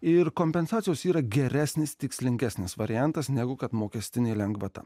ir kompensacijos yra geresnis tikslingesnis variantas negu kad mokestinė lengvata